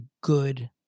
good